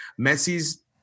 Messi's